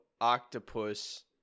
octopus